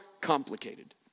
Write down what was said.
complicated